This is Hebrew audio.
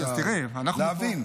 להבין.